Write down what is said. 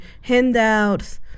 handouts